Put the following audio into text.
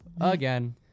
again